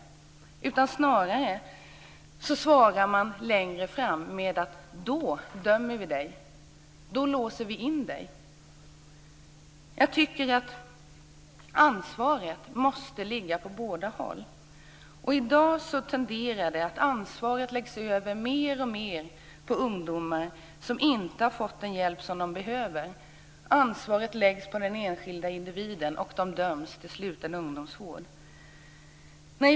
Snarare svarar vuxenvärlden längre fram med att säga: Då dömer vi dig! Då låser vi in dig! Jag tycker att ansvaret måste ligga på båda håll. I dag tenderar ansvaret att mer och mer läggas över på ungdomar som inte har fått den hjälp som de behöver. Ansvaret läggs på den enskilde individen, som döms till sluten ungdomsvård.